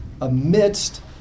amidst